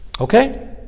Okay